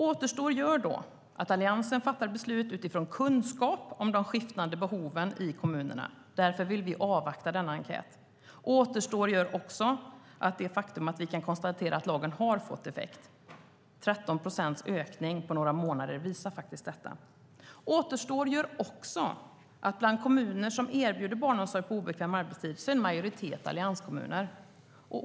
Återstår gör att Alliansen fattar beslut utifrån kunskap om de skiftande behoven i kommunerna. Därför vill vi avvakta denna enkät. Återstår gör det faktum att vi kan konstatera att lagen har fått effekt. 13 procents ökning på några månader visar faktiskt detta. Återstår gör att bland kommuner som erbjuder barnomsorg på obekväm arbetstid är en majoritet allianskommuner.